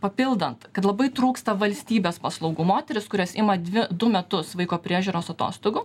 papildant kad labai trūksta valstybės paslaugų moterys kurios ima dvi du metus vaiko priežiūros atostogų